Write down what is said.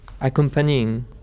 accompanying